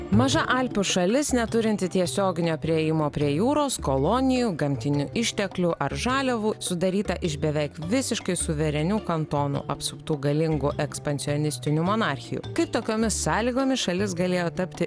maža alpių šalis neturinti tiesioginio priėjimo prie jūros kolonijų gamtinių išteklių ar žaliavų sudaryta iš beveik visiškai suverenių kantonų apsuptų galingų ekspansionistinių monarchijų kaip tokiomis sąlygomis šalis galėjo tapti